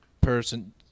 person